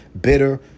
bitter